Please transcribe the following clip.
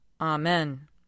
Amen